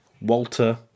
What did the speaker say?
Walter